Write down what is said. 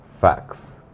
facts